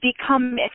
become